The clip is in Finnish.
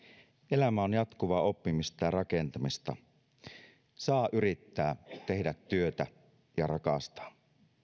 elämä on jatkuvaa oppimista ja rakentamista saa yrittää tehdä työtä ja rakastaa